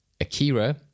Akira